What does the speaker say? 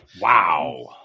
wow